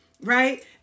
right